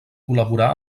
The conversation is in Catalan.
col·laborà